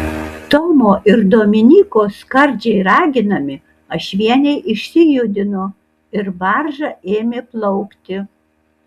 tomo ir dominyko skardžiai raginami ašvieniai išsijudino ir barža ėmė plaukti